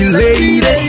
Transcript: lady